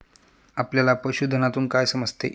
आपल्याला पशुधनातून काय समजते?